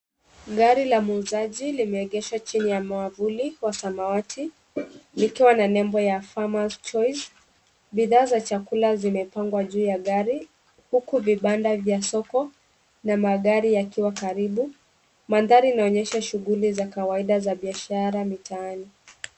Gari la muuzaji limeegesha chini ya mwavuli wa samawati likiwa na nembo ya Farmers Choice. Bidhaa za chakula zimepangwa juu ya gari huku vibanda vya soko na magari yakiwa karibu. Mandhari inaonyesha shughuli za kawaida za biashara mitaani.